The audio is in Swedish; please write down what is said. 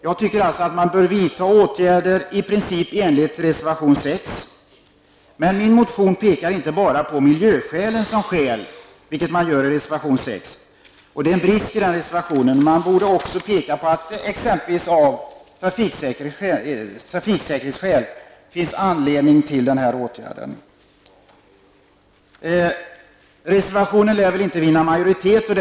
Jag tycker alltså att man bör vidta åtgärder i princip i enlighet med reservation 6. Men i min motion pekar jag inte bara på miljöhänsyn som skäl, vilket man gör i reservation 6, och det är en brist i den reservationen. Man borde också där påpeka att den här åtgärden är angelägen av exempelvis trafiksäkerhetsskäl. Reservationen lär inte vinna majoritet i kammaren.